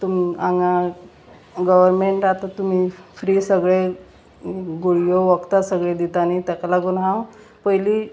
तुम हांगा गव्हर्मेंट आतां तुमी फ्री सगळे गुळ्यो वखदां सगळीं दिता न्ही तेका लागून हांव पयलीं